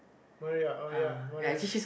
Maria oh ya Maria